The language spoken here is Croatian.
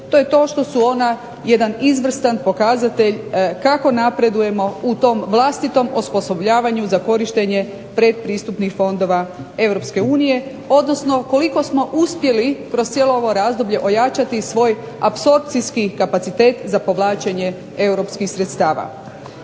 to je to što su ona jedan izvrstan pokazatelj kako napredujemo u tom vlastitom osposobljavanju za korištenje pretpristupnih fondova EU, odnosno koliko smo uspjeli kroz cijelo ovo razdoblje ojačati svoj apsorpcijski kapacitet za povlačenje europskih sredstava.